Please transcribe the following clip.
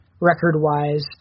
record-wise